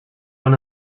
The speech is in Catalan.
una